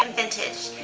um vintage,